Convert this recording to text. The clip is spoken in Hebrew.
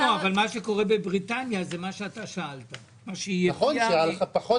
ברוב המדינות העיסוק בדיאט פחות